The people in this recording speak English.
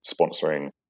sponsoring